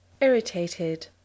Irritated